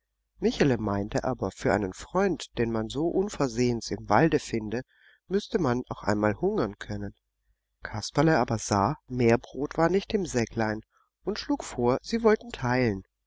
michele meinte aber für einen freund den man so unversehens im walde finde müßte man auch einmal hungern können kasperle aber sah mehr brot war nicht im säcklein und schlug vor sie wollten teilen